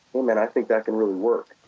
hey, man. i think that can really work.